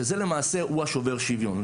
שזה למעשה, הוא השובר שוויון.